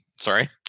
sorry